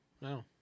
No